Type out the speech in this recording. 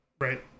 Right